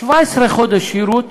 17 חודש שירות,